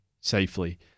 safely